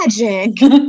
magic